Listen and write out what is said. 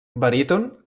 baríton